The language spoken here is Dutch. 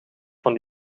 van